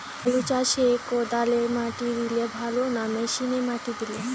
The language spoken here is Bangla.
আলু চাষে কদালে মাটি দিলে ভালো না মেশিনে মাটি দিলে?